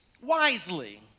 wisely